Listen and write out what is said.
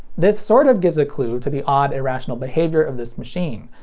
this sort of gives a clue to the odd, irrational behavior of this machine.